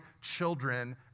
children